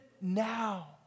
now